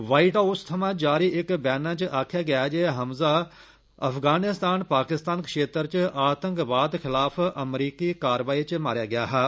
white House थवां जारी इक बयान च आक्खेआ गेदा ऐ जे हमज़ा अफगानिस्तान पाकिस्तान क्षेत्र च आतंकवाद खिलाफ अमरीकी कार्रवाई च मारेआ गेआ हा